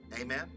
Amen